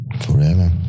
Forever